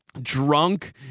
drunk